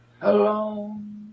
alone